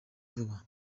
vuba